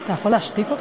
אתה יכול להשתיק אותם?